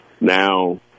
Now